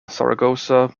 zaragoza